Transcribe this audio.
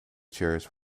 chairs